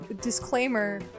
disclaimer